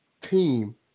team